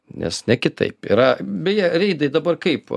nes ne kitaip yra beje reidai dabar kaip